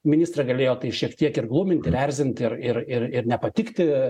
ministrą galėjo tai šiek tiek ir gluminti ir erzinti ir ir ir ir nepatikti